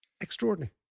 extraordinary